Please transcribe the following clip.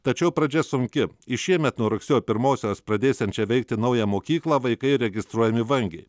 tačiau pradžia sunki į šiemet nuo rugsėjo primosios pradėsiančią veikti naują mokyklą vaikai registruojami vangiai